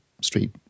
street